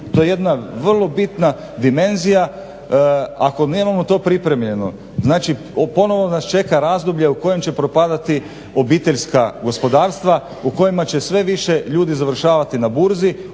To je jedna vrlo bitna dimenzija, ako nemamo to pripremljeno, znači ponovno nas čeka razdoblje u kojem će propadati obiteljska gospodarstva u kojima će sve više ljudi završavati na burzi,